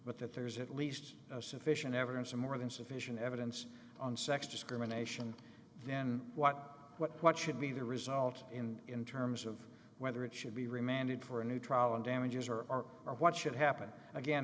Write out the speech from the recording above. that there's at least sufficient evidence and more than sufficient evidence on sex discrimination then what what what should be the result in in terms of whether it should be remanded for a new trial in damages or or or what should happen again